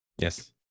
yes